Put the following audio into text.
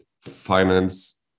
finance